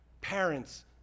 parent's